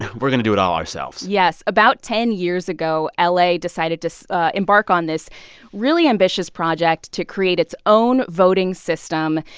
we're going to do it all ourselves yes. about ten years ago, ah la decided to so embark on this really ambitious project to create its own voting system.